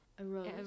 arose